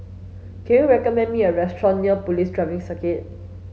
can you recommend me a restaurant near Police Driving Circuit